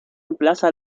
emplaza